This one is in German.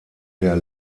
der